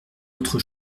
autre